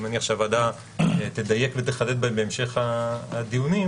מניח שהוועדה תדייק ותחדד בהם בהמשך הדיונים.